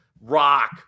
rock